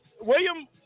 William